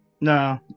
No